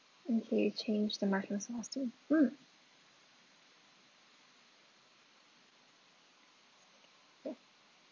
okay change the mushroom mm ya